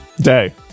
Day